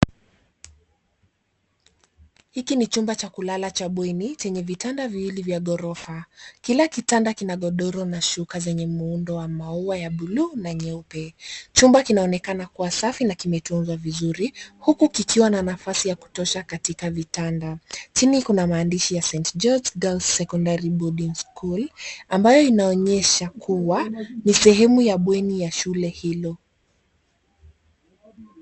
Hiki ni chumba cha kulala cha bweni chenye vitanda viwili vya gorofa, kila kitanda kina godoro na shuka zenye muundo wa maua buluu na nyeupe chumba kinaonkana kua safi na kimetunzwa vizuri huku kikiwa na nafasi ya kutosha katika vitanda. Chini kuna maandishi ya st george's secondary boarding school ambayo inaonyesha kua ni sehemu ya bweni ya shule hilo.